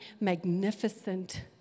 magnificent